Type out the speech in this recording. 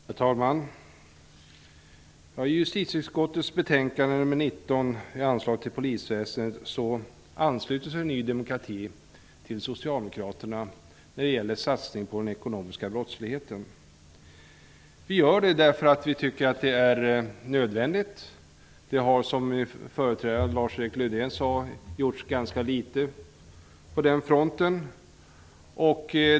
Herr talman! I justitieutskottets betänkande nr 19 om anslag till polisväsendet ansluter sig Ny demokrati till Socialdemokraterna när det gäller satsningen på den ekonomiska brottsligheten. Vi gör det eftersom vi tycker att det är nödvändigt. Som föregående talare, Lars-Erik Lövdén, sade har det gjorts ganska litet på den fronten.